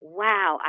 wow